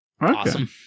Awesome